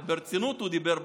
ברצינות הוא דיבר,